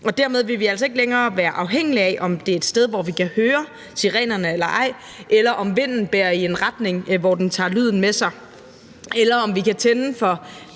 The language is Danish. Dermed vil vi altså ikke længere være afhængige af, om det er et sted, hvor vi kan høre sirenerne eller ej, eller om vinden bærer i en retning, hvor den tager lyden med sig, eller om vi kan tænde for